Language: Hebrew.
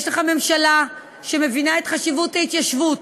יש לך ממשלה שמבינה את חשיבות ההתיישבות,